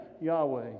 Yahweh